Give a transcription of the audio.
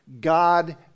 God